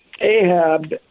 Ahab